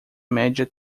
média